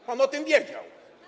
Pan o tym wiedział.